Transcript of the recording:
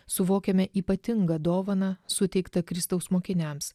suvokiame ypatingą dovaną suteiktą kristaus mokiniams